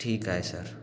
ठीक आहे सर